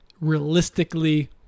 realistically